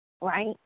right